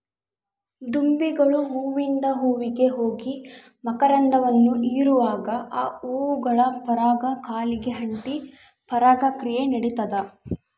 ದುಂಬಿಗಳು ಹೂವಿಂದ ಹೂವಿಗೆ ಹೋಗಿ ಮಕರಂದವನ್ನು ಹೀರುವಾಗೆ ಆ ಹೂಗಳ ಪರಾಗ ಕಾಲಿಗೆ ಅಂಟಿ ಪರಾಗ ಕ್ರಿಯೆ ನಡಿತದ